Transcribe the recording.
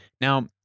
Now